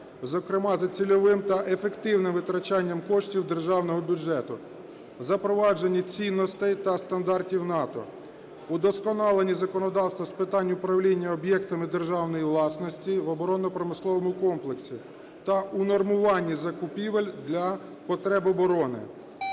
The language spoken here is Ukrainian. зокрема за цільовим та ефективним витрачанням коштів державного бюджету, запровадження цінностей та стандартів НАТО, у вдосконаленні законодавства з питань управління об'єктами державної власності в оборонно-промисловому комплексі та унормуванні закупівель для потреб оборони,